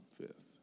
fifth